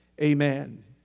Amen